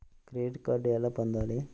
Credit card ఎలా పొందాలి?